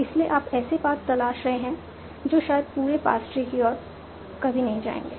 इसलिए आप ऐसे पाथ तलाश रहे हैं जो शायद पूरे पार्स ट्री की ओर कभी नहीं जाएंगे